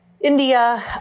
India